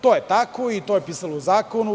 To je tako i to je pisalo u zakonu.